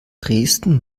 dresden